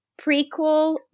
prequel